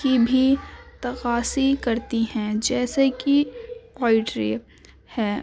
کی بھی تقاصی کرتی ہیں جیسے کہ پولٹری ہے